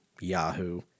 Yahoo